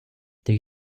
there